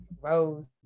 Rose